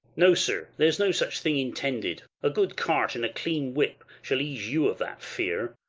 no, sir, there's no such thing intended a good cart, and a clean whip shall ease you of that fear.